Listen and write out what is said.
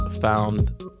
found